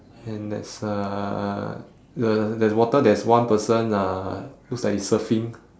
and that's uh the there's water there's one person uh who's like surfing